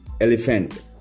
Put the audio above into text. elephant